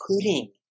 putting